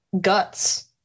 guts